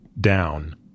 down